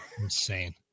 insane